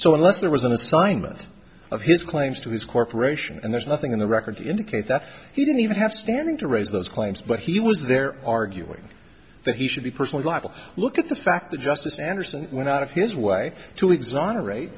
so unless there was an assignment of his claims to his corporation and there's nothing in the record to indicate that he didn't even have standing to raise those claims but he was there arguing that he should be personally liable look at the fact the justice andersen went out of his way to exonerate